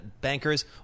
bankers